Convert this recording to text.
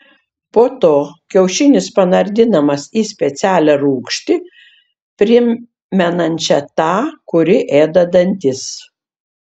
po to kiaušinis panardinamas į specialią rūgštį primenančią tą kuri ėda dantis